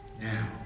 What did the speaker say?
now